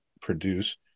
produce